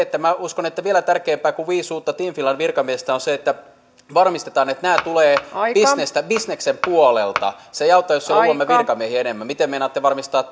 minä uskon että vielä tärkeämpää kuin viisi uutta team finland virkamiestä on se että varmistetaan että nämä tulevat bisneksen puolelta se ei auta jos me luomme virkamiehiä enemmän miten meinaatte varmistaa